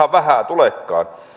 ihan vähän tulekaan